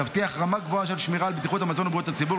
תבטיח רמה גבוהה של שמירה על בטיחות המזון ובריאות הציבור.